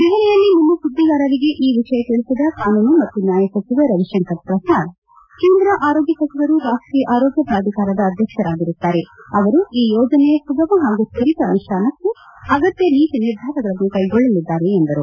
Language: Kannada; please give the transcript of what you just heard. ದೆಹಲಿಯಲ್ಲಿ ನಿನ್ನೆ ಸುದ್ದಿಗಾರರಿಗೆ ಈ ವಿಷಯ ತಿಳಿಸಿದ ಕಾನೂನು ಮತ್ತು ನ್ಯಾಯ ಸಚಿವ ರವಿಶಂಕರ್ ಪ್ರಸಾದ್ ಕೇಂದ್ರ ಆರೋಗ್ಯ ಸಚಿವರು ರಾಷ್ಟೀಯ ಆರೋಗ್ಯ ಪ್ರಾಧಿಕಾರದ ಅಧ್ಯಕ್ಷರಾಗಿರುತ್ತಾರೆ ಅವರು ಯೋಜನೆಯ ಸುಗಮ ಹಾಗೂ ತ್ವರಿತ ಅನುಷ್ಣಾನಕ್ಕೆ ಅಗತ್ಯ ನೀತಿ ನಿರ್ಧಾರಗಳನ್ನು ಕ್ವೆಗೊಳ್ಳಲಿದ್ದಾರೆ ಎಂದರು